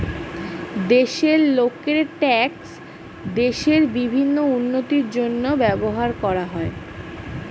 দেশের লোকের ট্যাক্স দেশের বিভিন্ন উন্নতির জন্য ব্যবহার করা হয়